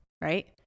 right